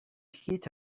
heat